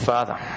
Father